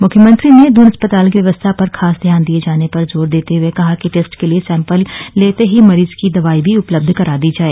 मुख्यमंत्री ने दून अस्पताल की व्यवस्था पर खास ध्यान दिये जाने पर जोर देते हुए कहा कि टेस्ट के लिये सैम्पल लेते ही मरीज को दवाई भी उपलब्ध करा दी जाए